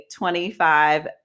25